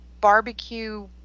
barbecue